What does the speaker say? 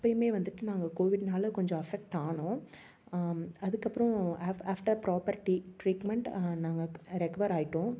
அப்போயுமே வந்துட்டு நாங்கள் கோவிட்னால் கொஞ்சம் அஃபெக்ட் ஆனோம் அதுக்கப்பறம் ஆஃப் ஆஃப்டர் ப்ராப்பர் டி ட்ரீட்மெண்ட் நாங்கள் ரெக்கவர் ஆகிட்டோம்